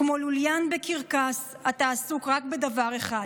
כמו לוליין בקרקס אתה עסוק רק בדבר אחד,